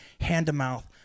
hand-to-mouth